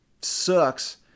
sucks